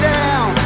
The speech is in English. down